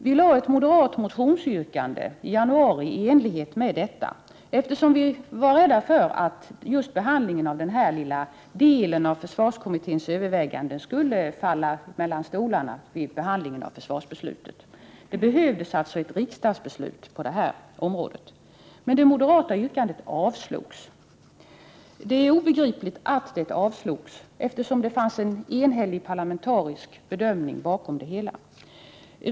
Vi lade fram ett moderat motionsyrkande i januari i enlighet med detta, eftersom vi var rädda för att just behandlingen av denna lilla del av försvarskommitténs överväganden skulle falla mellan två stolar vid behandlingen av försvarsbeslutet. Det behövdes alltså ett riksdagsbeslut på detta område. Men det moderata yrkandet avslogs. Det är obegripligt att det avslogs, eftersom det fanns en enhällig parlamentarisk bedömning bakom det hela.